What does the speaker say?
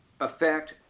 affect